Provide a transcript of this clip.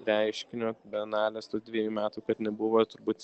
reiškinio bienalės tų dviejų metų kad nebuvo turbūt